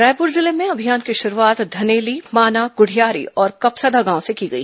रायपुर जिले में अभियान की शुरूआत धनेली माना गुढियारी और कपसदा गांव से की गई